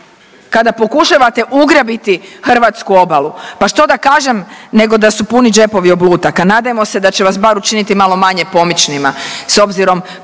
kada pokušavate ugrabiti hrvatsku obalu, pa što da kažem nego da su puni džepovi oblutaka. Nadajmo se da će vas bar učiniti malo manje pomičnima s obzirom